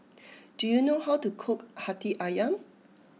do you know how to cook Hati Ayam